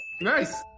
Nice